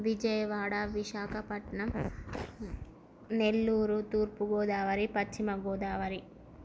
Vijayawada Visakhapatnam Nellore Turpu Godavari Paschima Godavari